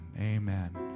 Amen